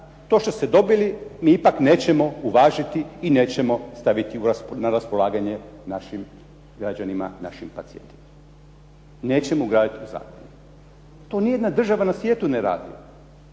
to što ste dobili mi ipak nećemo uvažiti i nećemo staviti na raspolaganje našim građanima, našim pacijentima. Nećemo ugraditi u zakon. To nijedna država na svijetu ne radi.